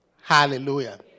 Hallelujah